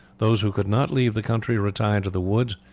those who could not leave the country retired to the woods,